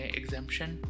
exemption